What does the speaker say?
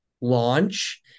launch